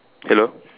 hello